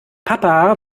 papa